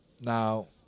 Now